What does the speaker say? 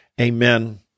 amen